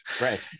right